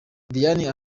diane